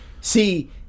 See